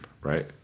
right